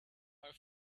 are